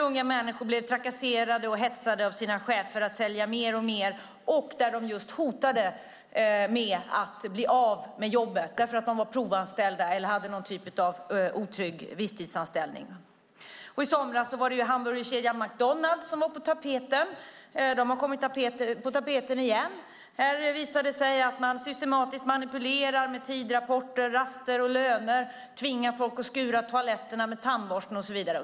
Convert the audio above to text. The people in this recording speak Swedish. Unga människor blev trakasserade och hetsade av sina chefer att sälja mer och mer, och de hotades med att bli av med jobbet. De var nämligen provanställda eller hade någon typ av otrygg visstidsanställning. I somras var det hamburgerkedjan McDonalds som var på tapeten, och de har kommit på tapeten igen. Det har visat sig att man systematiskt manipulerar tidrapporter, raster och löner, tvingar folk att skura toaletterna med tandborste och så vidare.